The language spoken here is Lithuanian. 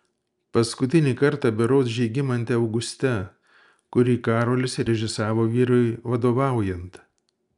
paskutinį kartą berods žygimante auguste kurį karolis režisavo vyrui vadovaujant